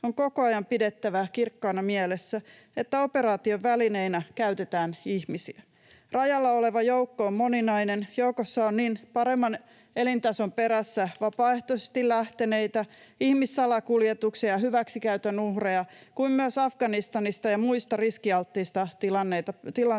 on koko ajan pidettävä kirkkaana mielessä, että operaation välineinä käytetään ihmisiä. Rajalla oleva joukko on moninainen. Joukossa on niin paremman elintason perässä vapaaehtoisesti lähteneitä ja ihmissalakuljetuksen ja hyväksikäytön uhreja kuin myös Afganistanista ja muista riskialttiista tilanteista